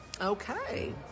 Okay